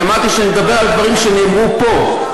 אני אמרתי שאני מדבר על דברים שנאמרו פה.